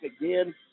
again